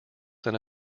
than